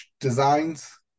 designs